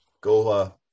Go